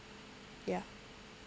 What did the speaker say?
ya